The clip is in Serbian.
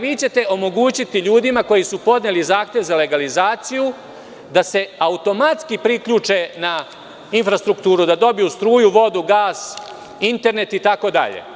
Vi ćete omogućiti ljudima koji su podneli zahtev za legalizaciju da se automatski priključe na infrastrukturu, da dobiju struju, vodu, gas, internet itd.